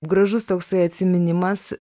gražus toksai atsiminimas